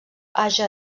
haja